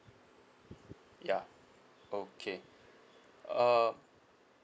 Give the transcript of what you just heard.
yeah okay uh